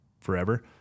forever